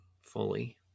fully